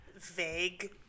vague